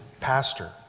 pastor